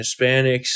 Hispanics